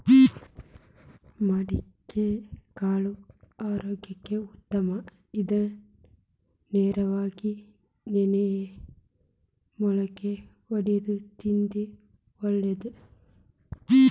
ಮಡಿಕಿಕಾಳು ಆರೋಗ್ಯಕ್ಕ ಉತ್ತಮ ಇದ್ನಾ ನೇರಾಗ ನೆನ್ಸಿ ಮಳ್ಕಿ ವಡ್ಸಿ ತಿಂದ್ರ ಒಳ್ಳೇದ